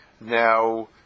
Now